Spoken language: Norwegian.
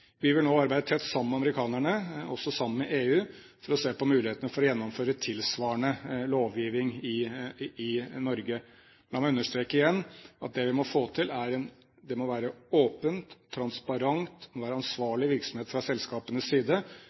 Vi vil nå arbeide tett sammen med amerikanerne, også sammen med EU, for å se på mulighetene for å gjennomføre tilsvarende lovgiving i Norge. La meg understreke igjen at det vi må få til, må være åpent, transparent. Det må være ansvarlig virksomhet fra selskapenes side,